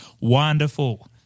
wonderful